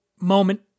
moment